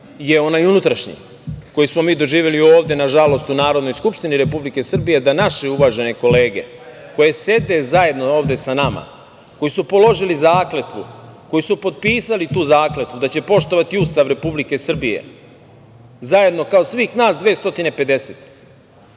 je ona unutrašnji, koji smo mi doživeli ovde nažalost u Narodnoj skupštini Republike Srbije, da naše uvažene kolege, koje sede zajedno ovde sa nama, koji su položili zakletvu, koji su potpisali tu zakletvu, da će poštovati Ustav Republike Srbije, zajedno kao svih nas 250,